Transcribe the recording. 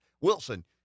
Wilson